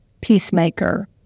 peacemaker